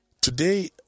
Today